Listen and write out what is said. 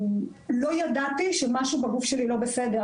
לא ידעתי שמשהו בגוף שלי לא בסדר,